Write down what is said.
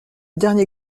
dernier